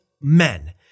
men